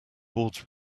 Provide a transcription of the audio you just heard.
boards